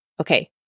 Okay